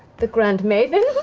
the grand maven?